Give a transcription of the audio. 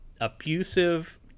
abusive